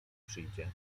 przyjdzie